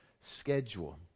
schedule